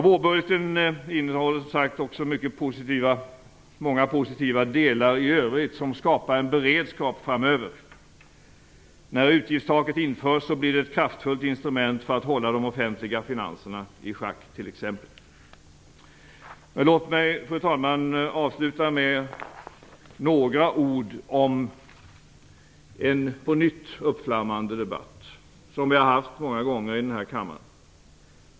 Vårbudgeten innehåller, som sagt, också många positiva delar i övrigt som skapar en beredskap framöver. När utgiftstaket införs blir det ett kraftfullt instrument för att hålla de offentliga finanserna i schack t.ex. Låt mig, fru talman, få avsluta med några ord om en på nytt uppflammande debatt, som vi har fört många gånger i denna kammare.